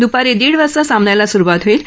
द्रपारी दीड वाजता सामन्याला सुरुवात होईल